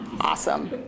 Awesome